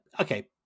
okay